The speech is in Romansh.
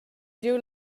giu